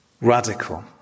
Radical